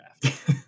draft